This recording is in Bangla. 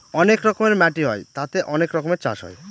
অনেক রকমের মাটি হয় তাতে অনেক রকমের চাষ হয়